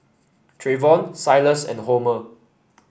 Treyvon Silas and Homer